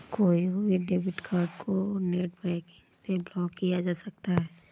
खोये हुए debit card को नेटबैंकिंग से ब्लॉक किया जा सकता है